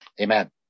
Amen